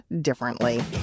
differently